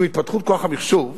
עם התפתחות כוח המחשוב,